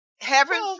Heaven